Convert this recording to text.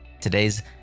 Today's